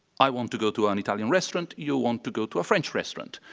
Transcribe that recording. i want to go to an italian restaurant, you want to go to a french restaurant.